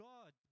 God